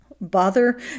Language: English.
Bother